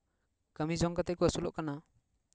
ᱠᱟᱹᱢᱤ ᱡᱚᱝ ᱠᱟᱛᱮ ᱠᱚ ᱟᱹᱥᱩᱞᱚᱜ ᱠᱟᱱᱟ